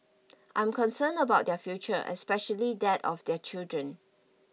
I am concerned about their future especially that of their children